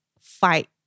fight